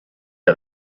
est